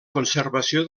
conservació